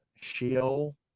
sheol